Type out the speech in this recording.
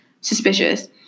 suspicious